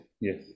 yes